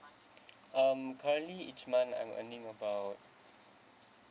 um currently each month I'm earning about